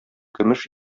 көмеш